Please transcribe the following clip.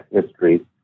history